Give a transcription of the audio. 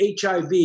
hiv